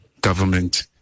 government